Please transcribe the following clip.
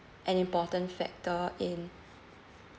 an important factor in